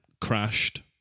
crashed